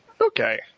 Okay